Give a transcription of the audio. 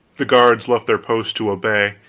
the guards left their posts to obey.